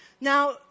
Now